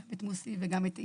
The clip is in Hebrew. את מוסי וגם את יצחק,